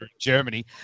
Germany